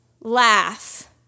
Laugh